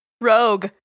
Rogue